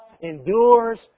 endures